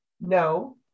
No